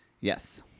Yes